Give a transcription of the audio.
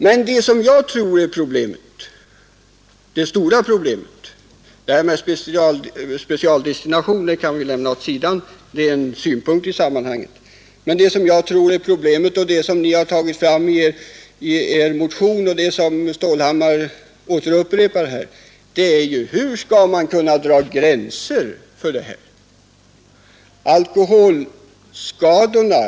Men vad jag tror är det stora problemet — det där med specialdestination kan vi lämna åt sidan; det är en synpunkt i sammanhanget — är det som ni berört i er motion och som herr Stålhammar här upprepade, nämligen frågan om hur man skall kunna dra gränser.